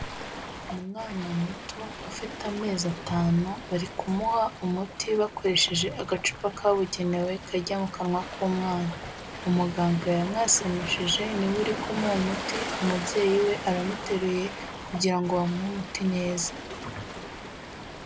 Umwana muto ufite amezi atanu bari kumuha umuti bakoresheje agacupa kabugenewe kajya mu kanwa k'umwana, umuganga yamwasamishije niwo uri kumuha umuti, umubyeyi we aramuteruye kugira ngo bamuhe umuti neza.